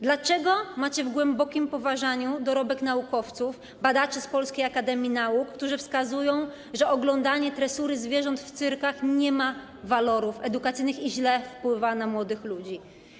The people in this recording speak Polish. Dlaczego macie w głębokim poważaniu dorobek naukowców, badaczy z Polskiej Akademii Nauk, którzy wskazują, że oglądanie tresury zwierząt w cyrkach nie ma walorów edukacyjnych i źle wpływa na młodych ludzi?